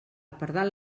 pardal